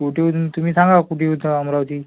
कुठू येऊ तुम्ही सांगा कुठू येऊत अमरावती